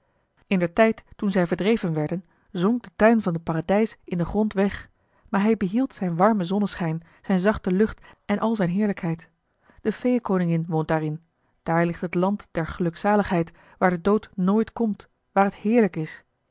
indertijd toen zij verdreven werden zonk de tuin van het paradijs in den grond weg maar hij behield zijn warmen zonneschijn zijn zachte lucht en al zijn heerlijkheid de feeënkoningin woont daarin daar ligt het land der gelukzaligheid waar de dood nooit komt waar het heerlijk is